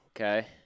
okay